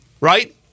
right